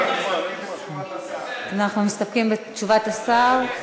אנחנו מסתפקים בתשובת השר.